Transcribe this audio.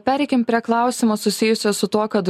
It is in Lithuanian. pereikim prie klausimo susijusio su tuo kad